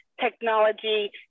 technology